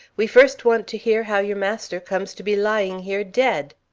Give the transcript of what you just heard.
we first want to hear how your master comes to be lying here dead.